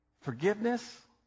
forgiveness